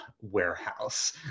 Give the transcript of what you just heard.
warehouse